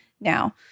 now